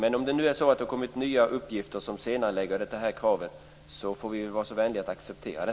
Men om det nu har kommit nya uppgifter som senarelägger det här kravet får vi vara så vänliga att acceptera det.